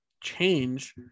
change